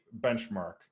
benchmark